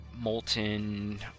molten